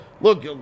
Look